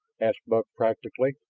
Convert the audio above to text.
asked buck practically.